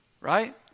right